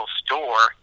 store